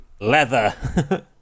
Leather